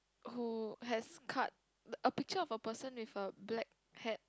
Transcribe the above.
who has cut a picture of a person with a black hat